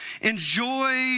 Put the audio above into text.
Enjoy